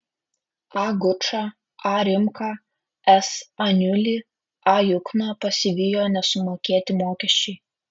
a gučą a rimką s aniulį a jukną pasivijo nesumokėti mokesčiai